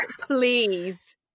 please